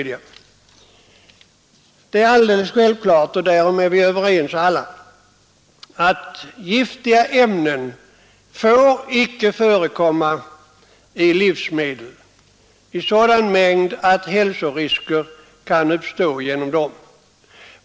Det är alldele jälvklart och därom är vi alla överens — att giftiga ämnen inte får förekomma i livsmedel i sådan mängd att hälsorisker kan uppstå.